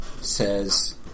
says